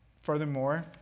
Furthermore